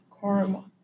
karma